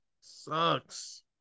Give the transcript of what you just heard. Sucks